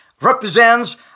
represents